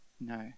No